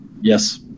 Yes